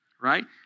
Right